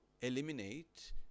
eliminate